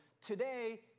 today